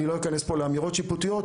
אני לא אכנס פה לאמירות שיפוטיות,